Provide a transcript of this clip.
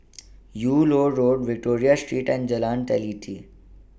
Yung Loh Road Victoria Street and Jalan Teliti